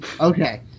Okay